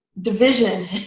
division